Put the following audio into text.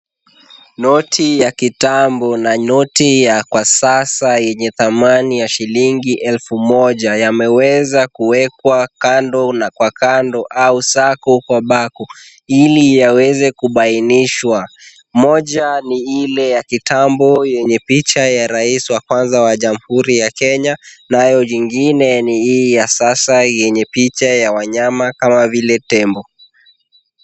Noti ya kitambo na noti ya kwa sasa yenye thamani ya shillingi elfu moja yameweza kuwekwa kando na kwa kando au sako kwa bako ili yaweze kubainishwa. Moja ni ile ya kitambo yenye picha ya rais wa kwanza wa jamhuri ya Kenya nayo jingine ni hii ya sasa yenye picha ya wanyama kama vile tembo.